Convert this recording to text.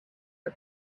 our